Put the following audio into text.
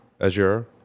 Azure